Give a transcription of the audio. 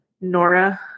Nora